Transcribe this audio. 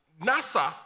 NASA